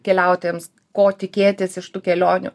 keliautojams ko tikėtis iš tų kelionių